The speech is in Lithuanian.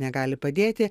negali padėti